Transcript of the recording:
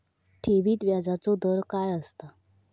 ठेवीत व्याजचो दर काय असता?